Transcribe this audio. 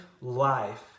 life